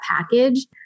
package